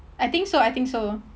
I think so I think so